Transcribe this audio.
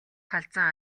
халзан